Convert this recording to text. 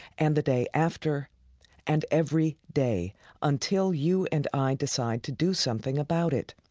and the day after and every day until you and i decide to do something about it.